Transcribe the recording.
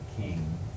King